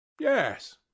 yes